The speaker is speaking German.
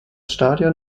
stadion